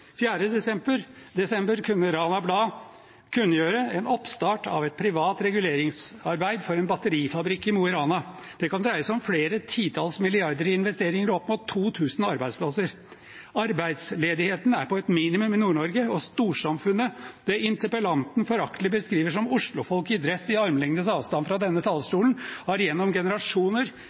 i desember kunne Rana Blad kunngjøre en oppstart av et privat reguleringsarbeid for en batterifabrikk i Mo i Rana. Det kan dreie seg om flere titalls milliarder i investeringer og opp mot 2 000 arbeidsplasser. Arbeidsledigheten er på et minimum i Nord-Norge, og storsamfunnet – det interpellanten foraktelig beskriver som Oslo-folk i dress i armlengdes avstand fra denne talerstolen – har gjennom generasjoner